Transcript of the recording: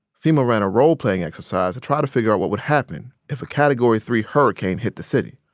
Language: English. fema ran a role-playing exercise to try to figure out what would happen if a category three hurricane hit the city.